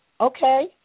Okay